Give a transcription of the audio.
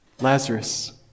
Lazarus